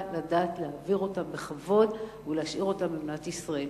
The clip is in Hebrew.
לדעת להעביר אותם בכבוד ולהשאיר אותם במדינת ישראל.